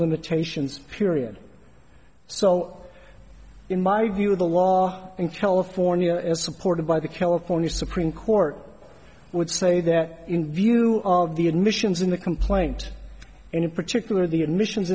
limitations period so in my view the law in california as supported by the california supreme court would say that in view of the admissions in the complaint and in particular the admissions